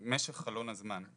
של משך חלון הזמן.